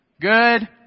Good